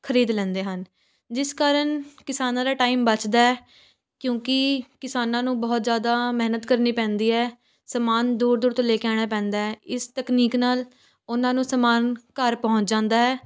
ਖਰੀਦ ਲੈਂਦੇ ਹਨ ਜਿਸ ਕਾਰਨ ਕਿਸਾਨਾਂ ਦਾ ਟਾਈਮ ਬਚਦਾ ਕਿਉਕਿ ਕਿਸਾਨਾਂ ਨੂੰ ਬਹੁਤ ਜ਼ਿਆਦਾ ਮਿਹਨਤ ਕਰਨੀ ਪੈਂਦੀ ਹੈ ਸਮਾਨ ਦੂਰ ਦੂਰ ਤੋਂ ਲੈ ਕੇ ਆਉਣਾ ਪੈਂਦਾ ਹੈ ਇਸ ਤਕਨੀਕ ਨਾਲ ਉਨ੍ਹਾਂ ਨੂੰ ਸਮਾਨ ਘਰ ਪਹੁੰਚ ਜਾਦਾ ਹੈ